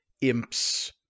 Imps